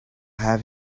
have